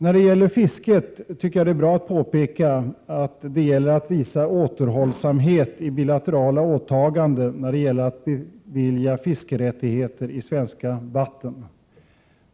När det gäller fisket tycker jag att det är bra att påpeka att vi bör visa återhållsamhet i bilaterala åtaganden när det gäller att bevilja fiskerättigheter i svenska vatten.